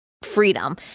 freedom